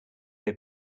have